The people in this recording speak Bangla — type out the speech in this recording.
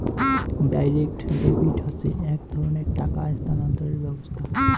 ডাইরেক্ট ডেবিট হসে এক ধরণের টাকা স্থানান্তরের ব্যবস্থা